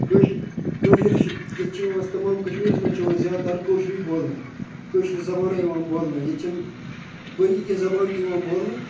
کٲشہِ کٲشر چھِ ییٚتہِ چھِ یِوان تَمام کشمیٖرس منٛز چھُ یِوان زیادٕ تر کٲشرُے بولنہٕ کٲشرٕ زبانے یِوان بولنہٕ ییٚتہ چھِنہٕ باقٕے کیٚنٛہہ زبان تہِ یِوان بولنہٕ